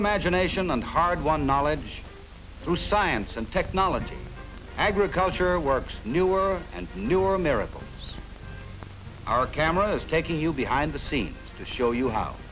imagination and hard won knowledge through science and technology agriculture works newer and newer american our cameras take you behind the scenes to show you how